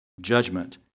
judgment